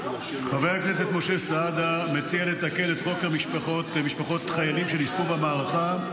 חבר הכנסת משה סעדה מציע לתקן את חוק משפחות חיילים שנספו במערכה,